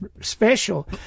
special